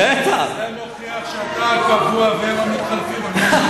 זה מוכיח שאתה הקבוע והם המתחלפים,